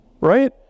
Right